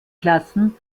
klassen